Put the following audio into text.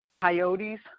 coyotes